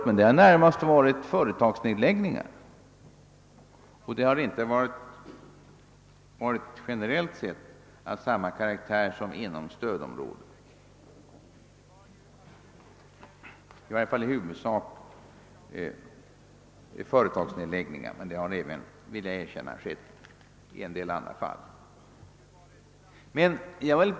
Men det har då i huvudsak rört sig om företagsnedläggningar, och insatserna har inte heller generellt sett varit av samma karaktär som inom stödområdet. Att det även skett insatser i en del andra fall än vid företagsnedläggelser, vill jag emellertid gärna erkänna.